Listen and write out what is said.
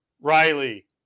Riley